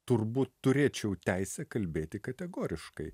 turbūt turėčiau teisę kalbėti kategoriškai